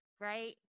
right